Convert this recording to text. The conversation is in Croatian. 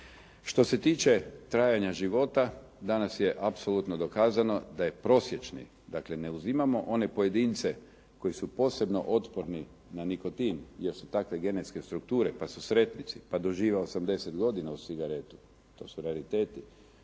Što se tiče trajanja života, danas je apsolutno dokazano da je prosječni, dakle ne uzimamo one pojedince koji su posebno otporni na nikotin jer su takve genetske strukture pa su sretnici pa dožive 80 godina uz cigaretu, to su rariteti,